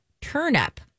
turnip